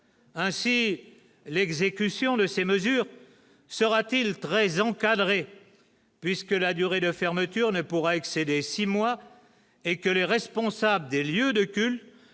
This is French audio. ainsi l'exécution de ces mesures sera-t-il très encadrée, puisque la durée de fermeture ne pourra excéder 6 mois et que les responsables des lieux de culte.